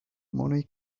money